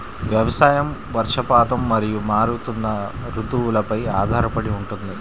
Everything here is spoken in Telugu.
వ్యవసాయం వర్షపాతం మరియు మారుతున్న రుతువులపై ఆధారపడి ఉంటుంది